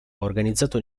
organizzato